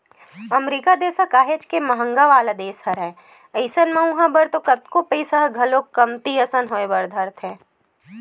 अमरीका देस ह काहेच के महंगा वाला देस हरय अइसन म उहाँ बर तो कतको पइसा ह घलोक कमती असन होय बर धरथे